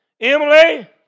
Emily